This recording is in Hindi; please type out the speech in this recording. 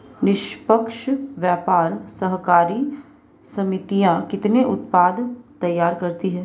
निष्पक्ष व्यापार सहकारी समितियां कितने उत्पाद तैयार करती हैं?